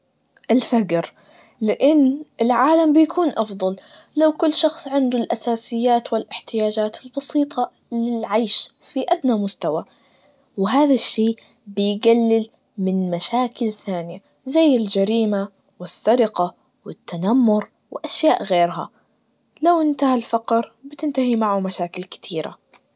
الفقر, لأن العالم بيكون أفضل, للو كل شخص عنده الأساسيات والإحتياجات البسيطة للعيش في أدنى مستوى, وهذا الشي بيجلل من مشاكل ثانية, زي الجريمة, والسرقة, والتنمر, وأشياء غيرها, لو انتهى الفقر, بتنتهي معه مشاكل كتيرة.